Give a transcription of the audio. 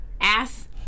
ass